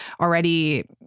already